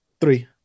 Three